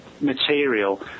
material